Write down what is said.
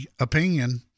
opinion